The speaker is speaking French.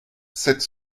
sept